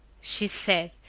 she said.